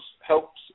helps